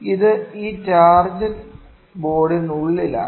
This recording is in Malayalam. ഇത് ഈ ടാർഗെറ്റ് ബോർഡിനുള്ളിലാണ്